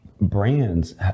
brands